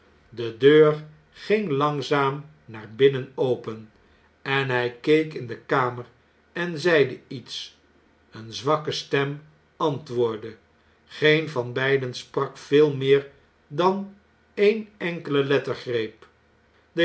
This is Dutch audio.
de deur ging langzaam naar binnen open en hn keek in de kamer en zeide iets eene zwakke stem antwoordde geen van beiden sprak veel meer dan een enkele lettergreep